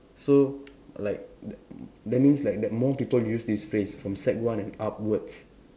so like that that means like the more people use this phrase from sec one and upwards